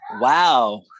wow